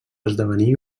esdevenir